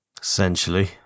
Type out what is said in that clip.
Essentially